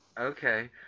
Okay